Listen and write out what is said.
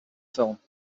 film